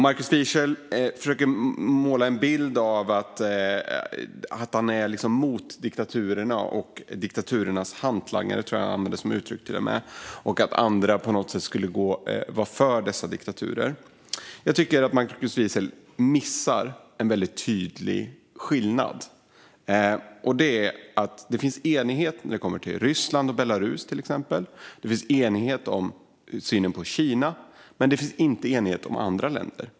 Markus Wiechel försöker måla upp en bild av att han är emot diktaturerna och diktaturernas hantlangare - jag tror att han till och med använde det uttrycket - och att andra på något sätt skulle vara för dessa diktaturer. Jag tycker att Markus Wiechel missar en väldigt tydlig skillnad: Det finns enighet när det kommer till exempelvis Ryssland och Belarus, och det finns enighet i synen på Kina - men det finns inte enighet om andra länder.